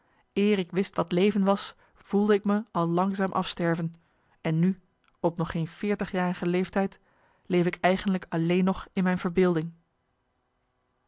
ik wist wat leven was voelde ik me al langzaam afsterven en nu op nog geen veertigjarige leeftijd leef ik eigenlijk alleen nog in mijn verbeelding